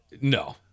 No